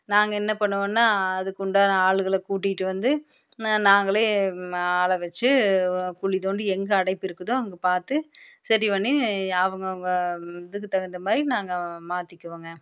நாங்கள் என்ன பண்ணுவோம்னா அதுக்குண்டான ஆளுகளை கூட்டிகிட்டு வந்து என்ன நாங்களே ஆளை வச்சு குழி தோண்டி எங்கே அடைப்பு இருக்குதோ அங்கே பார்த்து சரி பண்ணி அவங்க அவங்க இதுக்கு தகுந்த மாதிரி நாங்கள் மாற்றிக்குவோங்க